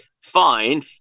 fine